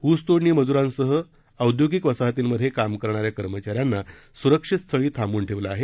ऊस तोडणी मजूरांसह औद्योगिकवसाहतींमध्ये काम करणाऱ्या कर्मचाऱ्यांना सुरक्षितस्थळी थांबवून ठेवलं आहे